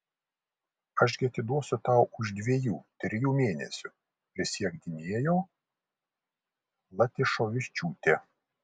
aš gi atiduosiu tau už dviejų trijų mėnesių prisiekdinėjo latyšovičiūtė